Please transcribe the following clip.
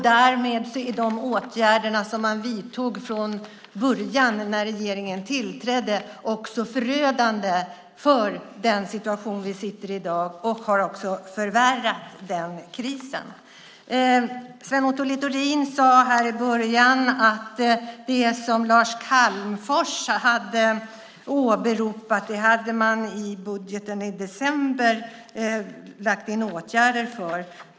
Därmed är de åtgärder som man vidtog från början, när regeringen tillträdde, också förödande för den situation vi har i dag och har också förvärrat den krisen. Sven Otto Littorin sade här i början att det som Lars Calmfors hade åberopat, det hade man i budgeten i december lagt in åtgärder för.